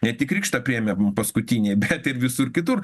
ne tik krikštą priėmėm paskutiniai bet ir visur kitur